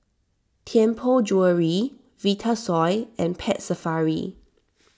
Tianpo Jewellery Vitasoy and Pet Safari